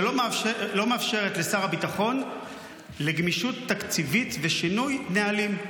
שלא מאפשרת לשר הביטחון גמישות תקציבית ושינוי נהלים,